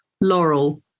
Laurel